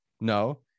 No